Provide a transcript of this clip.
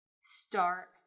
start